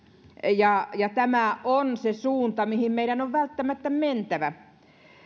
ja tämä on se suunta mihin meidän on välttämättä mentävä